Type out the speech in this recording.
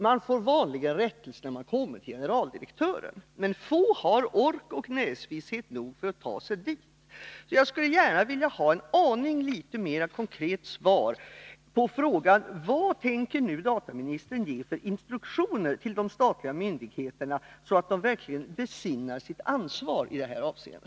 Man får vanligen rättelse när man kommit till generaldirektören, men få har kraft och näsvishet nog att ta sig dit. Jag skulle gärna vilja få ett något mera konkret svar på frågan, vilka instruktioner dataministern tänker ge till de statliga myndigheterna, så att dessa verkligen besinnar sitt ansvar i detta avseende.